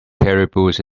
caribous